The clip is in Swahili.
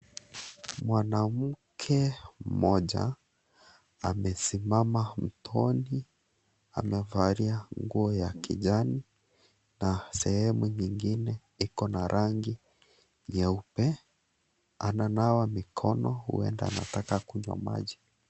Mwanamke mmoja amesimama mtoni amevalia nguo ya kijani na sehemu nyingine iko na rangi nyeupe ana nawa mikono huenda anataka kunywa maji.